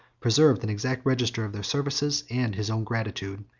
preserved an exact register of their services and his own gratitude,